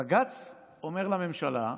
בג"ץ אומר לממשלה,